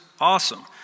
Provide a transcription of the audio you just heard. awesome